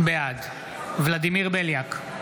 בעד ולדימיר בליאק,